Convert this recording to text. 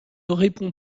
répond